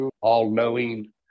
all-knowing